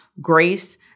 grace